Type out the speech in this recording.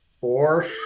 four